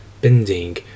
bending